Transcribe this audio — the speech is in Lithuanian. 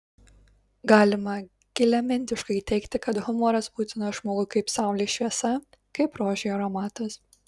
galima giliamintiškai teigti kad humoras būtinas žmogui kaip saulės šviesa kaip rožei aromatas